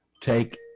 take